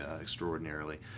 extraordinarily